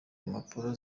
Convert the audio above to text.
impapuro